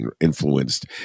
influenced